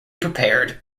prepared